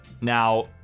now